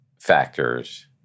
factors